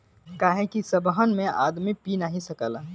काहे कि सबहन में आदमी पी नाही सकला